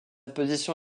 position